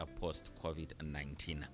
post-COVID-19